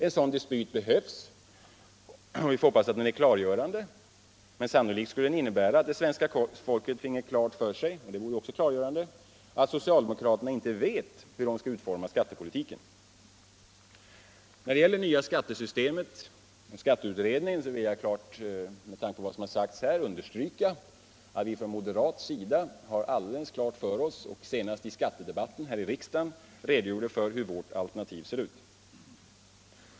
En sådan dispyt behövs, och vi hoppas att den blir klargörande, men sannolikt skulle den innebära att svenska folket får klart för sig att socialdemokraterna inte vet hur de skall utforma skattepolitiken. När det gäller det nya skattesystemet och skatteutredningen vill jag understryka, med tanke på vad som har sagts här, att vi från moderat sida har alldeles klart för oss och senast i skattedebatten här i riksdagen redogjorde för hur vårt alternativ ser ut.